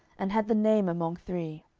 and had the name among three.